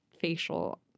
facial